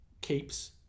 keeps